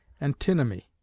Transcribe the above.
antinomy